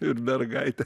ir mergaitę